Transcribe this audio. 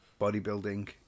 bodybuilding